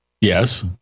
Yes